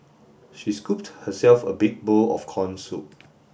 she scooped herself a big bowl of corn soup